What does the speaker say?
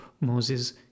Moses